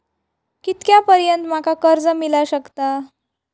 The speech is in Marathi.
कितक्या पर्यंत माका कर्ज मिला शकता?